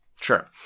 sure